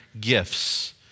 gifts